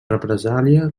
represàlia